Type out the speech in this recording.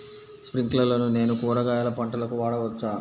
స్ప్రింక్లర్లను నేను కూరగాయల పంటలకు వాడవచ్చా?